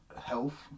health